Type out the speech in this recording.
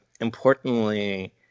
importantly